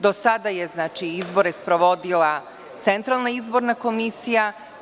Do sada je izbore sprovodila Centralna izborna komisija.